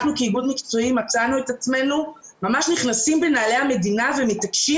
אנחנו כאיגוד מקצועי מצאנו את עצמנו ממש נכנסים בנעלי המדינה ומתעקשים